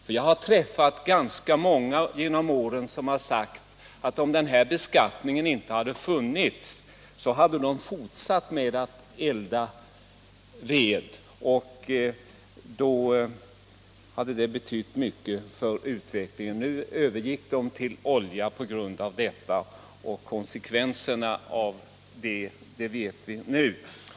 Jag har under åren träffat ganska många som sagt, att om denna beskattning inte hade funnits, så hade de fortsatt att elda med ved i stället för att övergå till oljeeldning. Detta hade betytt mycket för utvecklingen; vi känner nu till konsekvenserna av denna beskattning.